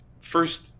first